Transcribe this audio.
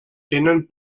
tenen